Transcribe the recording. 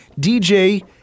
DJ